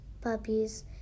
puppies